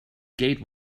gate